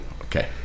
okay